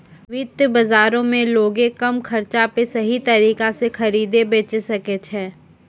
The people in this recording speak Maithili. वित्त बजारो मे लोगें कम खर्चा पे सही तरिका से खरीदे बेचै सकै छै